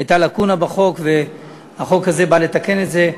הייתה לקונה בחוק, והחוק הזה בא לתקן את זה.